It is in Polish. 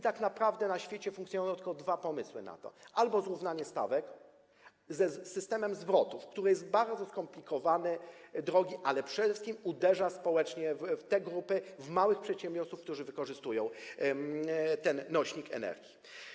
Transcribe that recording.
Tak naprawdę na świecie funkcjonują tylko dwa pomysły: zrównanie stawek z systemem zwrotów, który jest bardzo skomplikowany, drogi, a przede wszystkim uderza społecznie w te grupy, w małych przedsiębiorców, którzy wykorzystują ten nośnik energii.